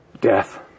death